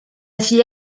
fille